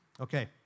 Okay